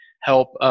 help